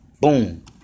Boom